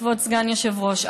כבוד סגן היושב-ראש.